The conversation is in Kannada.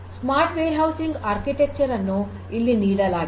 ಸ್ಮಾರ್ಟ್ ವೇರ್ ಹೌಸಿಂಗ್ ವಾಸ್ತುಶಿಲ್ಪವನ್ನು ಇಲ್ಲಿ ನೀಡಲಾಗಿದೆ